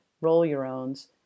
roll-your-owns